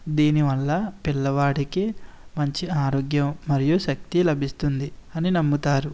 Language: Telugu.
దీని వల్ల పిల్లవాడికి మంచి ఆరోగ్యం మరియు శక్తి లభిస్తుంది అని నమ్ముతారు